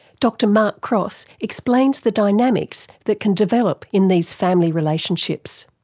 dr mark cross explains the dynamics that can develop in these family relationships.